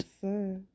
sir